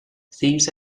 these